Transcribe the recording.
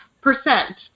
percent